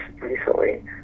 recently